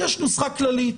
יש נוסחה כללית.